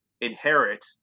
inherit –